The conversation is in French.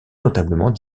notablement